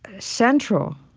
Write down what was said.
central